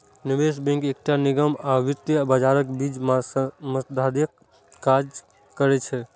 निवेश बैंक एकटा निगम आ वित्तीय बाजारक बीच मध्यस्थक काज करै छै